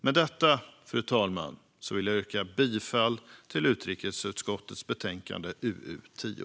Med detta, fru talman, vill jag yrka bifall till förslaget i utrikesutskottets betänkande UU10.